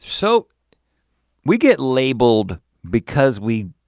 so we get labeled, because we